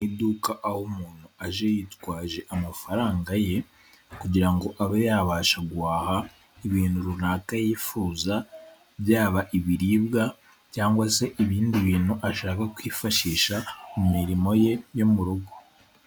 Mu iduka aho umuntu aje yitwaje amafaranga ye kugira ngo abe yabasha guhaha ibintu runaka yifuza byaba ibiribwa cyangwa se ibindi bintu ashaka kwifashisha mu mirimo ye yo mu rugo.